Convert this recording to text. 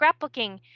scrapbooking